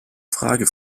frage